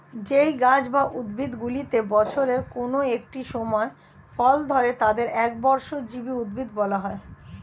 যেই গাছ বা উদ্ভিদগুলিতে বছরের কোন একটি সময় ফল ধরে তাদের একবর্ষজীবী উদ্ভিদ বলা হয়